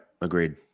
Agreed